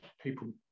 people